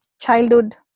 childhood